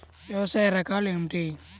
వ్యవసాయ రకాలు ఏమిటి?